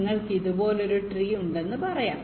നിങ്ങൾക്ക് ഇതുപോലൊരു ട്രീ ഉണ്ടെന്ന് പറയാം